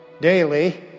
daily